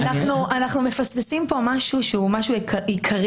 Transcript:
אנחנו מפספסים כאן משהו שהוא עיקרי.